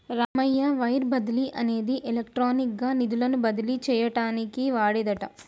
Ramayya wire బదిలీ అనేది electronic గా నిధులను బదిలీ చేయటానికి వాడేదట